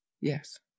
Yes